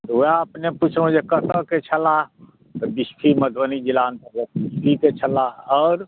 वएह अपने पुछलहुॅं जे कतय सॅं छलाह बिस्फी मधुबनी जिला अन्तर्गत बिस्फी के छलाह आओर